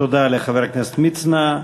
תודה לחבר הכנסת מצנע.